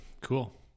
cool